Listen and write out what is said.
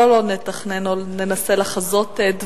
בוא לא נתכנן או ננסה לחזות דברים.